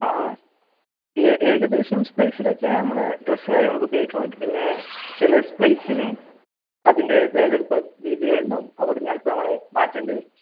ആ ഏകദേശം പ്ലേസിലൊക്കെ നമ്മുടെ ഡ്രസ്സ് കാര്യങ്ങളൊക്കെ ഉപയോഗിക്കാൻ പറ്റും പിന്നെ ചില പ്ലേസിന് അതിന്റേതായ ചിലപ്പോള് രീതികളുണ്ടാകും അവിടെനിന്ന് ചിലപ്പോള് നമ്മള് മാറ്റേണ്ടി വരും